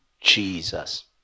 Jesus